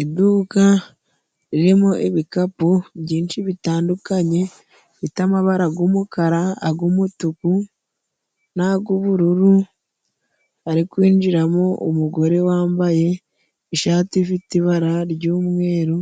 Iduka ririmo ibikapu byinshi bitandukanye bifite amabara g'umukara ag'umutuku nag'ubururu, hari kwinjiramo umugore wambaye ishati ifite ibara ry'umweru